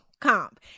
comp